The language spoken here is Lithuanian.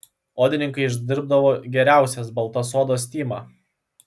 odininkai išdirbdavo geriausias baltas odas tymą